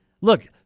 Look